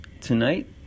tonight